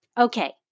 Okay